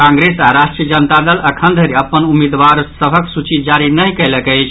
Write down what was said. कांग्रेस आओर राष्ट्रीय जनता दल अखन धरि अपन उम्मीदवार सभक सूची जारी नहि कयलक अछि